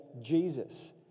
Jesus